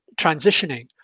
transitioning